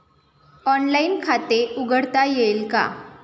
Online खाते उघडता येईल का?